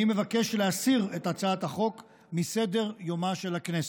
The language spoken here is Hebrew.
אני מבקש להסיר את הצעת החוק מסדר-יומה של הכנסת.